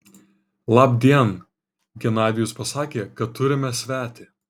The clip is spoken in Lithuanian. labdien genadijus pasakė kad turime svetį